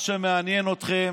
מה שמעניין אתכם